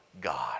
God